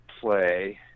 play